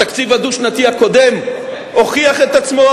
התקציב הדו-שנתי הקודם הוכיח את עצמו,